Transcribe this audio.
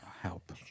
Help